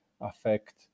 affect